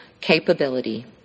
capability